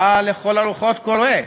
מה לכל הרוחות קורה?